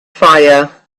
fire